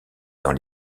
dans